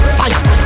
fire